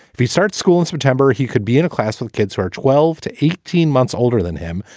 if you start school in september, he could be in a class with kids who are twelve to eighteen months older than him.